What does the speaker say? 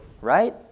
right